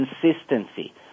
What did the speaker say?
consistency